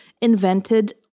invented